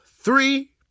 three